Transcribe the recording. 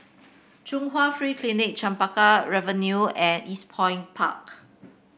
Chung Hwa Free Clinic Chempaka Avenue and Eastpoint Park